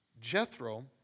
Jethro